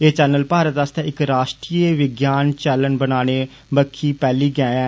एह चैनल भारत आस्तै इक राश्ट्रीय विज्ञान चैनल बनाने बक्खी पैहली गैंह न